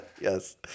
Yes